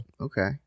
Okay